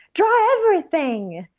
draw everything.